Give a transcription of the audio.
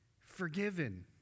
forgiven